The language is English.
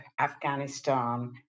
Afghanistan